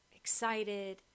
excited